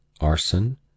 arson